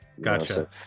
gotcha